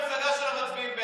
המפלגה שלך היו מצביעים בעד,